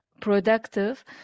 productive